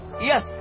Yes